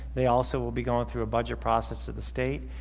they also will be going through a budget process of the state.